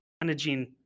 managing